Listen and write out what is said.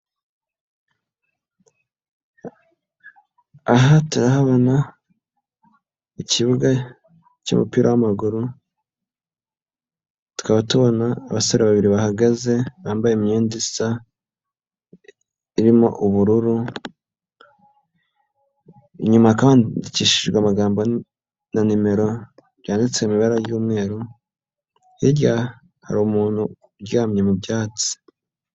Aha turahabona ikibuga cy'umupira w'amaguru. Tukaba tubona abasore babiri bahagaze bambaye imyenda isa irimo ubururu. Inyuma hakaba handikishijwe amagambo na nimero byanditse mu ibara ry'umweru. Hirya hari umuntu uryamye mu byatsi.